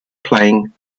playing